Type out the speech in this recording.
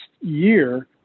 year